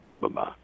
Bye-bye